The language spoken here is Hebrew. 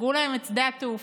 סגרו להם את שדה התעופה,